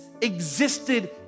existed